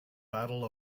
battle